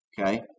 Okay